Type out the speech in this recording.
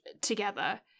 together